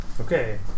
Okay